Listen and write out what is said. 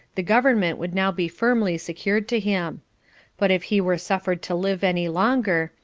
the government would now be firmly secured to him but if he were suffered to live any longer,